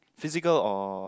physical or